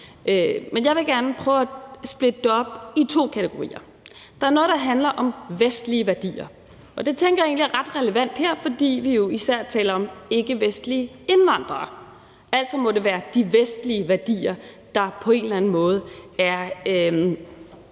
men jeg vil gerne prøve at splitte det op i to kategorier. Der er noget, der handler om vestlige værdier, og det tænker jeg egentlig er ret relevant her, fordi vi jo især taler om ikkevestlige indvandrere. Altså må det være de vestlige værdier, der på en eller anden måde er